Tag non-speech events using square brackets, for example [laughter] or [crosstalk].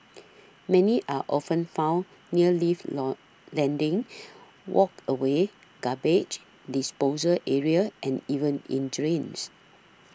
many are often found near lift load landings [noise] walkways garbage disposal areas and even in drains